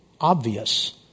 obvious